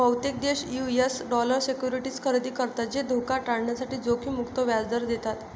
बहुतेक देश US dollar securities खरेदी करतात जे धोका टाळण्यासाठी जोखीम मुक्त व्याज दर देतात